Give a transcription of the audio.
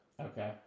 Okay